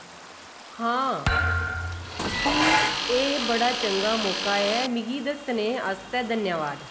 हां फ्ही एह् बड़ा चंगा मौका ऐ मिगी दस्सने आस्तै धन्यवाद